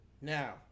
Now